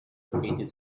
located